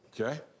okay